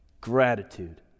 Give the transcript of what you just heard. gratitude